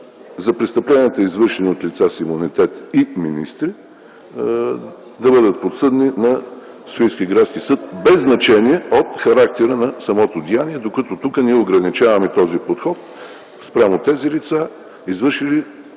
за престъпленията, извършени от лица с имунитет и министри да бъдат подсъдни на Софийски градски съд, без значение от характера на самото деяние, докато тук ние ограничаваме този подход спрямо тези лица, извършили